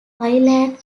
highland